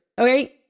Okay